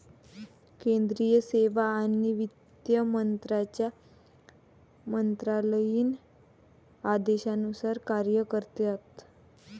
केंद्रीय सेवा आणि वित्त मंत्र्यांच्या मंत्रालयीन आदेशानुसार कार्य करतात